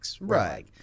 Right